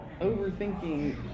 overthinking